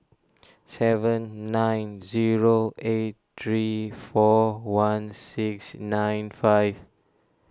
seven nine zero eight three four one six nine five